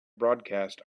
broadcast